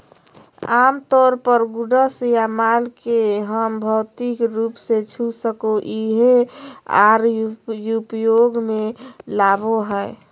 आमतौर पर गुड्स या माल के हम भौतिक रूप से छू सको हियै आर उपयोग मे लाबो हय